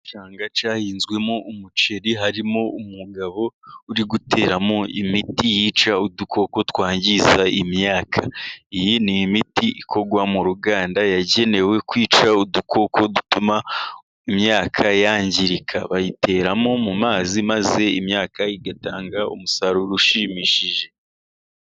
Igishanga cyahinzwemo umuceri harimo, umugabo uri guteramo imiti, yica udukoko twangiza imyaka, iyi ni imiti ikorwagwa mu ruganda, yagenewe kwica udukoko dutuma imyaka yangirika, bayiteramo mu mazi, maze imyaka igatanga umusaruro ushimishije.